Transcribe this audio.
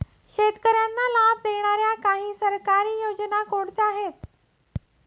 शेतकऱ्यांना लाभ देणाऱ्या काही सरकारी योजना कोणत्या आहेत?